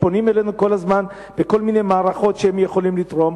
שפונים אלינו כל הזמן בכל מיני מערכות שהם יכולים לתרום,